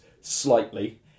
slightly